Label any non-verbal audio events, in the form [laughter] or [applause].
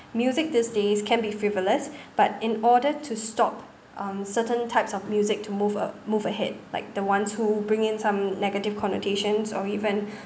music these days can be frivolous but in order to stop um certain types of music to move a~ move ahead like the ones who bring in some negative connotations or even [breath]